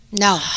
No